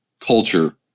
culture